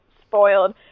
spoiled